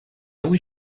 only